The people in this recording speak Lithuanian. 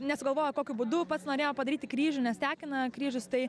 nesugalvojo kokiu būdu pats norėjo padaryti kryžių nes tekina krįžius tai